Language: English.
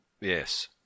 Yes